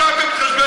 בבקשה.